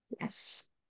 yes